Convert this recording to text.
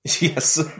Yes